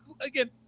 again